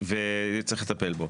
וצריך לטפל בו.